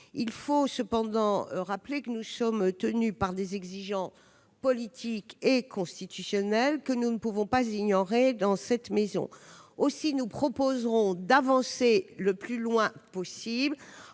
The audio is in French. Il faut cependant rappeler que nous sommes tenus par des exigences politiques et constitutionnelles, que nous ne pouvons pas ignorer dans cette maison. Aussi, nous proposerons d'aller le plus loin possible